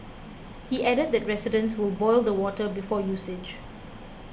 he added that residents will boil the water before usage